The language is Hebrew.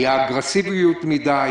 היתה אגרסיביות יתר.